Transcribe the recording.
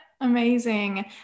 Amazing